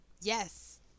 Yes